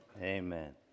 Amen